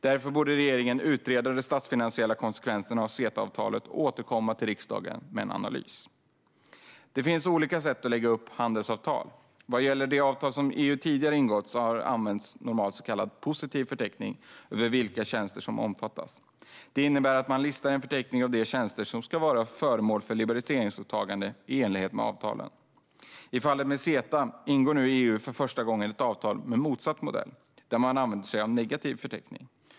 Därför borde regeringen utreda de statsfinansiella konsekvenserna av CETA-avtalet och återkomma till riksdagen med en analys. Det finns olika sätt att lägga upp handelsavtal. Vad gäller de avtal som EU tidigare har ingått används normalt en så kallad positiv förteckning över vilka tjänster som omfattas. Det innebär att man listar en förteckning av de tjänster som ska vara föremål för liberaliseringsåtaganden i enlighet med avtalen. I fallet med CETA ingår EU nu för första gången ett avtal med motsatt modell, där man använder sig av en negativ förteckning.